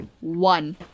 one